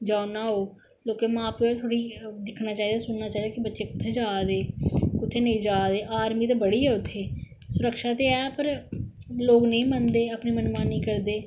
जाओ न्हाओ लोकें मां प्यो बी थोह्ड़ा दिक्खना चाहिदा सुनना चाहिदा कि बच्चे कुत्थै जारदे कुत्थै नेईं जारदे आर्मी ते बड़ी ऐ उत्थै सुरक्षा ते एह् पर लोक नेईं मनदे अपनी मन मानी करदे